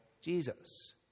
Jesus